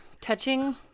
Touching